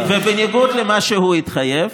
ובניגוד למה שהוא התחייב,